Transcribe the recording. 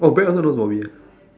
oh brad also know ah